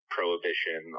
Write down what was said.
prohibition